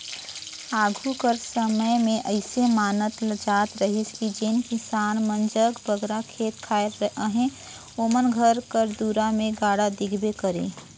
आघु कर समे मे अइसे मानल जात रहिस कि जेन किसान मन जग बगरा खेत खाएर अहे ओमन घर कर दुरा मे गाड़ा दिखबे करे